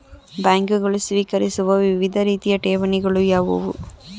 ಬ್ಯಾಂಕುಗಳು ಸ್ವೀಕರಿಸುವ ವಿವಿಧ ರೀತಿಯ ಠೇವಣಿಗಳು ಯಾವುವು?